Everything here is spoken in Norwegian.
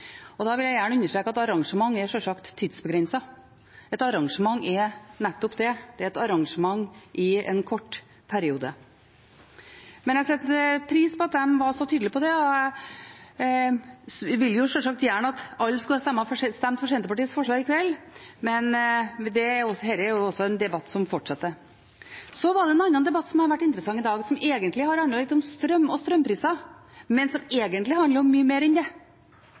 arrangementer. Da vil jeg gjerne understreke at arrangementer sjølsagt er tidsbegrensede. Et arrangement er nettopp det – et arrangement i en kort periode. Jeg setter pris på at de var så tydelige på det, og jeg vil sjølsagt gjerne at alle skal stemme for Senterpartiets forslag i kveld, men dette er jo en debatt som fortsetter. Det er en annen debatt som har vært interessant i dag, og som har handlet litt om strøm og strømpriser, men som egentlig handler om mye mer enn det.